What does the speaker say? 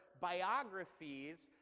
biographies